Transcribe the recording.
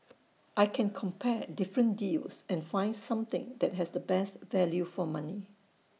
I can compare different deals and find something that has the best value for money